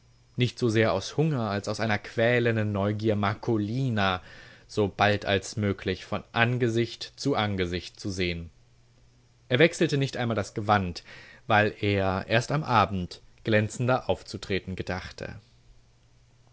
nicht so sehr aus hunger als aus einer quälenden neugier marcolina so bald als möglich von angesicht zu angesicht zu sehen er wechselte nicht einmal das gewand weil er erst am abend glänzender aufzutreten gedachte